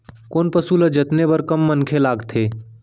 कोन पसु ल जतने बर कम मनखे लागथे?